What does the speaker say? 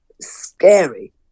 scary